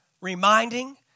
reminding